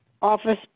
Office